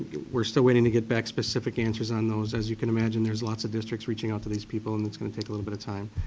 we're still waiting to get back specific answers on those. as you can imagine there's lots of districts reaching out to these people and it's going to take a little bit of time.